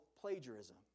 plagiarism